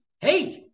Hey